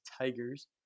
tigers